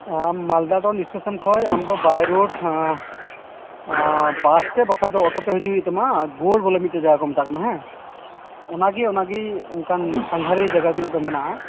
ᱚ ᱟᱢ Malda town station ᱠᱷᱚᱱ ᱟᱢ ᱫᱚ ᱵᱟᱭ ᱨᱳᱰ ᱵᱟᱥ ᱛᱮ ᱵᱟᱠᱷᱟᱱ ᱫᱚ ᱚᱴᱳ ᱛᱮ ᱦᱤᱡᱩᱜ ᱦᱩᱭᱩᱜ ᱛᱟᱢᱟ ᱜᱳᱨ ᱵᱚᱞᱮ ᱢᱤᱫᱴᱮᱱ ᱡᱟᱭᱜᱟ ᱠᱚ ᱢᱮᱛᱟᱜ ᱠᱟᱱᱟ ᱦᱮᱸ ᱚᱱᱟ ᱜᱮ ᱚᱱᱟ ᱜᱮ ᱚᱱᱠᱟᱱ ᱥᱟᱸᱜᱷᱟᱨᱤᱭᱟᱹ ᱡᱟᱭᱜᱟ ᱧᱚᱜ ᱫᱚ ᱢᱮᱱᱟᱜᱼᱟ